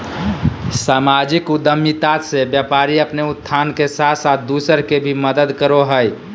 सामाजिक उद्द्मिता मे व्यापारी अपने उत्थान के साथ साथ दूसर के भी मदद करो हय